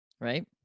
Right